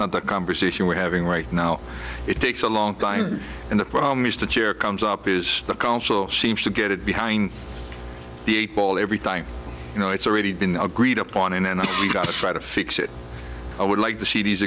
that's the conversation we're having right now it takes a long time and the problem is that year comes up is the council seems to get it behind the eight ball everything you know it's already been agreed upon and we've got to try to fix it i would like to see these